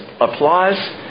applause